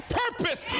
purpose